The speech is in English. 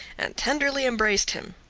and tenderly embraced him.